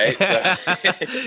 right